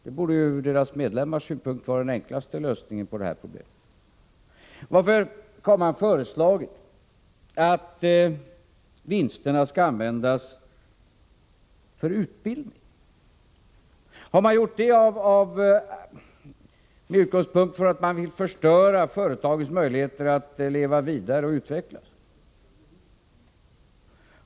Det borde ju ur deras medlemmars synpunkt vara den enklaste lösningen på problemet. Varför har de föreslagit att vinsterna skall användas för utbildning? Har de gjort det med utgångspunkten att de vill förstöra företagens möjligheter att leva vidare och utvecklas?